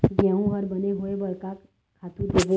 गेहूं हर बने होय बर का खातू देबो?